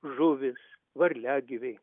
žuvys varliagyviai